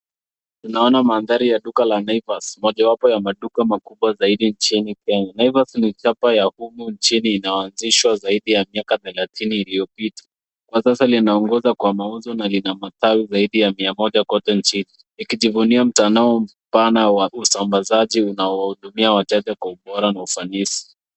Tunaona mandhari ya duka la naivas, mojawapo ya maduka makubwa zaidi nchini Kenya. Naivas ni chapa ya humu nchini inayoanzishwa zaidi ya miaka thelathini iliyopita. Kwa sasa linaongoza kwa mauzo na lina matawi zaidi ya mia moja kote nchini ikijivunia mtandao pana wa usambazaji unaowahudumia wateja kwa ubora na kwa usanifu.